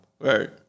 Right